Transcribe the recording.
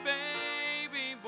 baby